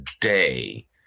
day